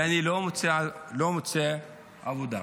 ואני לא מוצא עבודה.